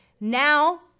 now